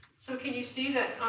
so can you see